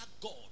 God